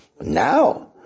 Now